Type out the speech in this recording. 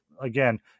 again